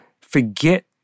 forget